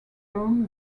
throne